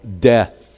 death